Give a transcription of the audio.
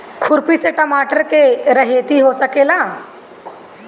खुरपी से टमाटर के रहेती हो सकेला?